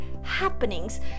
happenings